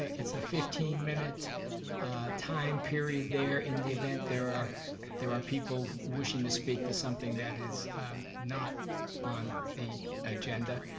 ah it's a fifteen minute time period there in the event there are there are people wishing to speak to something that is not on the agenda.